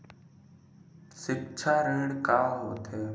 सिक्छा ऋण का होथे?